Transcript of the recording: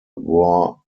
wore